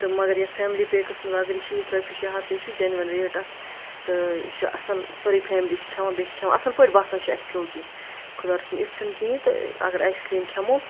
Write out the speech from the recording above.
تہٕ مگر یَتھ فیملی پیکَس اگر یہِ شیٖتھ رۄپیہِ چھِ ہَتھٕے چھِ جینوَن ریٹ اَتھ تہٕ یہِ چھِ اَصٕل سٲرٕے فیملی چھِ کھٮ۪وان بیٚیہِ چھِ کھٮ۪وان اَصٕل پٲٹھۍ باسان چھِ اَسہِ کھیو کینٛہہ خۄدا رٔچھِن یُتھ چھِنہٕ کِہیٖنۍ تہٕ اگر آیِس کرٛیٖم کھٮ۪مو